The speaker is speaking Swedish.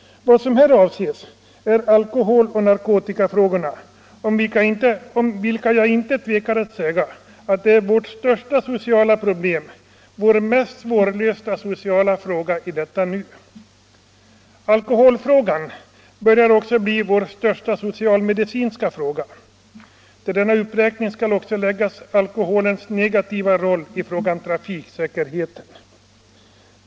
Vad som här avses är alkoholoch narkotikafrågorna, om vilka jag inte tvekar att säga att de är vårt största sociala problem, vår mest svårlösta sociala fråga i detta nu. Alkoholfrågan börjar också bli vår största socialmedicinska fråga. Till denna uppräkning skall också läggas alkoholens negativa roll i fråga om trafiksäkerheten.